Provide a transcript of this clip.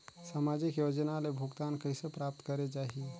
समाजिक योजना ले भुगतान कइसे प्राप्त करे जाहि?